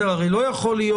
הרי לא יכול להיות,